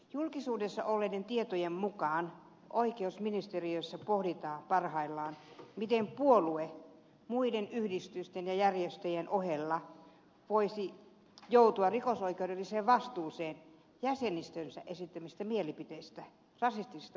julkisuudessa olleiden tietojen mukaan oikeusministeriössä pohditaan parhaillaan miten puolue muiden yhdistysten ja järjestöjen ohella voisi joutua rikosoikeudelliseen vastuuseen jäsenistönsä esittämistä mielipiteistä rasistisista mielipiteistä